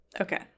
Okay